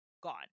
gone